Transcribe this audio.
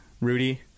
Rudy